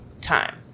time